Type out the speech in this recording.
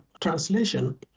translation